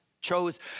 chose